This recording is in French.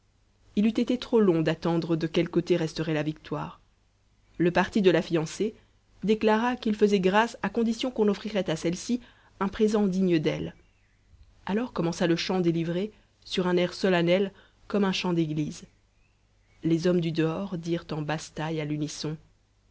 il eût été trop long d'attendre de quel côté resterait la victoire le parti de la fiancée déclara qu'il faisait grâce à condition qu'on offrirait à celle-ci un présent digne d'elle alors commença le chant des livrées sur un air solennel comme un chant d'église les hommes du dehors dirent en basse-taille à l'unisson